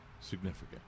significant